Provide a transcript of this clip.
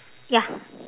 ya